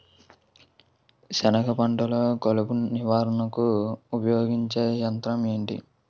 సెనగ పంటలో కలుపు నివారణకు ఉపయోగించే యంత్రం ఏంటి?